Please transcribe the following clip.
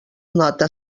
nota